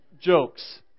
Jokes